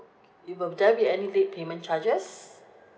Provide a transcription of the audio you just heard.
okay it will there be any late payment charges